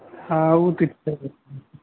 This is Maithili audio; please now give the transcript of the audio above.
हँ ओ तऽ छेबै करलै